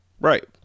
Right